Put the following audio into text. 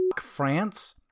france